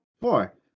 Four